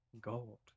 Gold